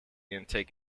intake